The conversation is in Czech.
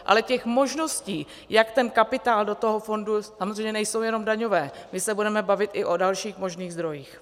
Ale těch možností, jak ten kapitál do toho fondu samozřejmě nejsou jenom daňové, my se budeme bavit i o dalších možných zdrojích.